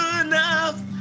enough